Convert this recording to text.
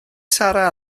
sarra